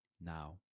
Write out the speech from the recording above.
Now